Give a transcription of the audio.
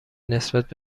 نسبت